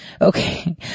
okay